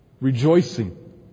rejoicing